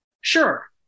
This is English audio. Sure